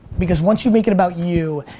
because once you make it about you,